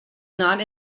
not